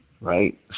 right